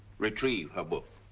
retrieved her book.